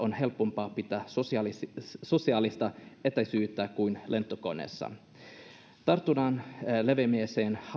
on helpompaa pitää sosiaalista etäisyyttä lautalla matkustaessa kuin lentokoneessa tartuntojen leviämisen